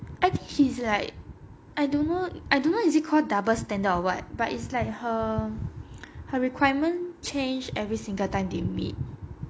I think she's like I don't know I don't know is it called double standard or what but it's like her her requirement change every single time they meet